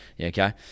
okay